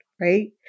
right